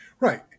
Right